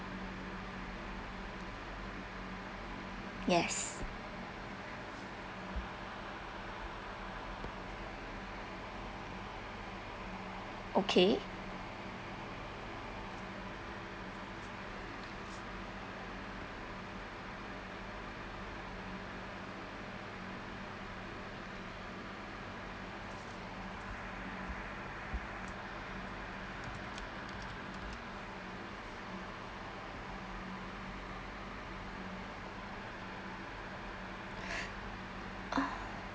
yes okay ah